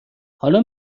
حالا